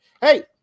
hey